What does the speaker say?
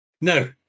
No